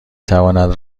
تواند